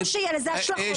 תבינו שיהיו לזה השלכות אחרות.